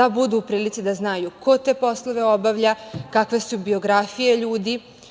da budu u prilici da znaju ko te poslove obavlja, kakve su biografije ljudi